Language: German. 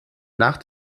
nach